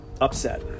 upset